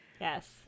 Yes